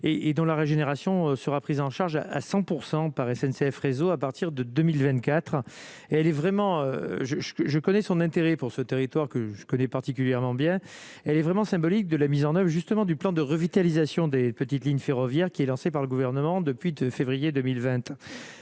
et dans la régénération sera prise en charge à 100 % par SNCF réseau à partir de 2024 et elle est vraiment, je connais son intérêt pour ce territoire que je connais particulièrement bien, elle est vraiment symbolique de la mise en oeuvre est justement du plan de revitalisation des petites lignes ferroviaires qui est lancée par le gouvernement depuis février 2020